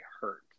hurt